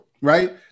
right